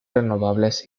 renovables